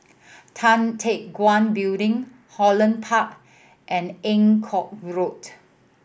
Tan Teck Guan Building Holland Park and Eng Kong Road